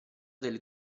del